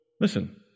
listen